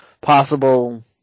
possible